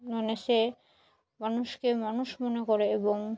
মানে সে মানুষকে মানুষ মনে করে এবং